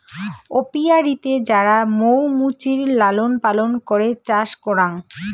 অপিয়ারীতে যারা মৌ মুচির লালন পালন করে চাষ করাং